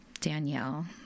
Danielle